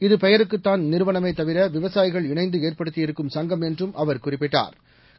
இது பெயருக்குத்தான் நிறுவனமே தவிர விவசாயிகள் இணைந்து ஏற்படுத்தி இருக்கும் சுங்கம் என்றும் அவர் குறிப்பிட்டாள்